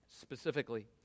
specifically